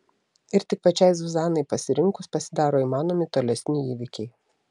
ir tik pačiai zuzanai pasirinkus pasidaro įmanomi tolesni įvykiai